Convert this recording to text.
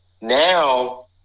now